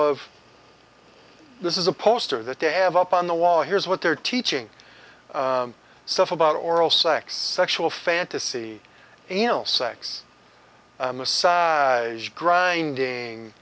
of this is a poster that they have up on the wall here's what they're teaching stuff about oral sex sexual fantasy e l sex grinding